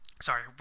sorry